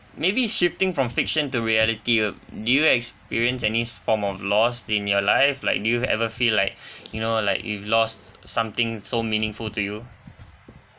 maybe shifting from fiction to reality uh do you experience any form of lost in your life like do you ever feel like you know like you've loss something so meaningful to you